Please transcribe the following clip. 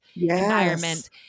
environment